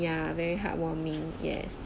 ya very heartwarming yes